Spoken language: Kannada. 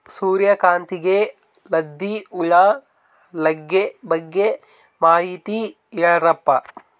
ಸೂರ್ಯಕಾಂತಿಗೆ ಲದ್ದಿ ಹುಳ ಲಗ್ಗೆ ಬಗ್ಗೆ ಮಾಹಿತಿ ಹೇಳರಪ್ಪ?